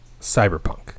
Cyberpunk